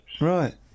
right